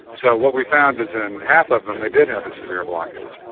so what we found is in half of them they did have a severe blockage,